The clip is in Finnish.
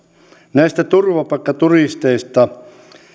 näistä turvapaikkaturisteista